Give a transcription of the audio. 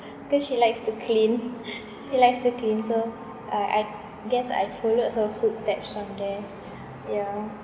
cause she likes to clean sh~ she likes t clean so uh I guess I followed her footsteps from there yeah